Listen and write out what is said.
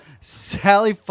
Sally